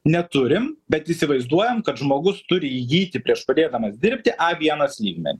neturim bet įsivaizduojame kad žmogus turi įgyti prieš pradėdamas dirbti a vienas lygmenį